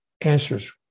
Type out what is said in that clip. Answers